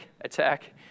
attack